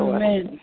Amen